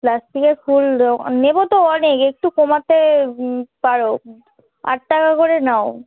প্লাস্টিকের ফুল দ নেবো তো অনেক একটু কমাতে পারো আট টাকা করে নাও